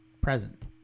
present